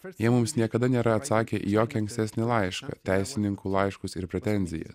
jie mums niekada nėra atsakę į jokį ankstesnį laišką teisininkų laiškus ir pretenziją